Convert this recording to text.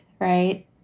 right